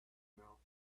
mouth